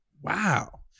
Wow